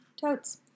Totes